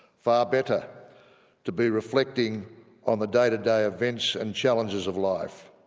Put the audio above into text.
far better to be reflecting on the day to day events and challenges of life,